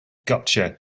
gotcha